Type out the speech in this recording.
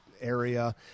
area